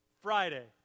Friday